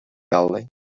valley